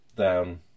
Down